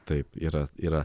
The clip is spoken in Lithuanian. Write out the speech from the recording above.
taip yra yra